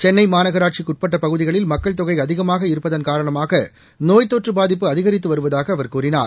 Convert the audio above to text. சென்னைமாநகராடசிக்குஉட்பட்டபகுதிகளில் மக்கள் தொகைஅதிகமாக இருப்பதன் காரணமாகநோய்த்தொற்றுபாதிப்பு அதிகரித்துவருவதாகஅவர் கூறினார்